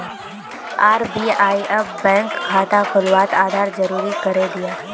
RBI अब bank खाता खुलवात आधार ज़रूरी करे दियाः